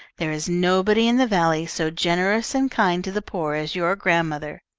there is nobody in the valley so generous and kind to the poor as your grandmother.